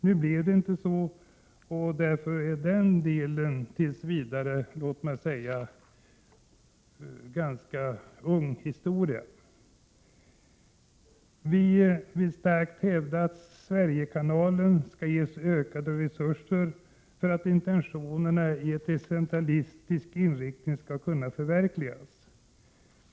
Nu blev det inte så, och därför är den delen tills vidare ganska ung histora. Vi vill starkt hävda att Sverigekanalen skall ges ökade resurser för att intentionerna beträffande en decentralistisk inriktning skall kunna förverkligas.